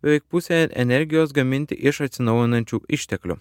beveik pusė energijos gaminti iš atsinaujinančių išteklių